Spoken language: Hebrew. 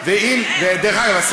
דרך אגב,